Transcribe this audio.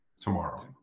Tomorrow